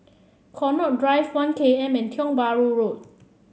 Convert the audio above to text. Connaught Drive One K M and Tiong Bahru Road